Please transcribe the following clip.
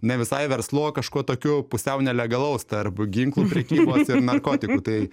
ne visai verslu o kažkuo tokiu pusiau nelegalaus tarp ginklų prekybos ir narkotikų tai